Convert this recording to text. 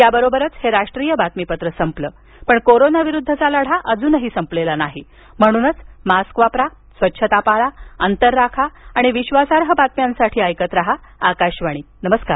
याबरोबरच हे राष्ट्रीय बातमीपत्र संपलं पण कोरोना विरुद्धचा लढा अजून संपलेला नाही म्हणूनच मास्क वापरा स्वच्छता पाळा अंतर राखा आणि विश्वासार्ह बातम्यांसाठी ऐकत रहा आकाशवाणी नमस्कार